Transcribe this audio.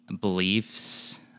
beliefs